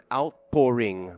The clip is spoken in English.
outpouring